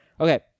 Okay